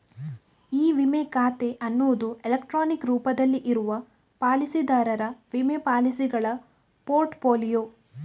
E ವಿಮಾ ಖಾತೆ ಅನ್ನುದು ಎಲೆಕ್ಟ್ರಾನಿಕ್ ರೂಪದಲ್ಲಿ ಇರುವ ಪಾಲಿಸಿದಾರರ ವಿಮಾ ಪಾಲಿಸಿಗಳ ಪೋರ್ಟ್ ಫೋಲಿಯೊ